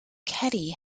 caddy